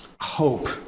hope